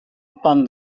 upon